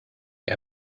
qué